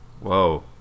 Whoa